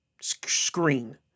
screen